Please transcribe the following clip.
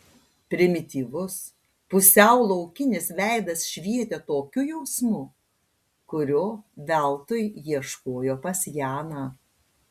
primityvus pusiau laukinis veidas švietė tokiu jausmu kurio veltui ieškojo pas janą